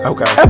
Okay